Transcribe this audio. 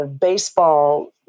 baseball